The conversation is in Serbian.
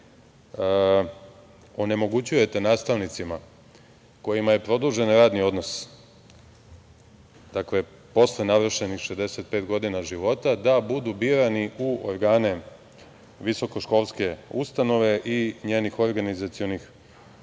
onemogućujete nastavnicima kojima je produžen radni odnos posle navršenih 65 godina života da budu birani u organe visokoškolske ustanove i njenih organizacionih jedinica.